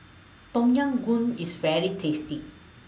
Tom Yam Goong IS very tasty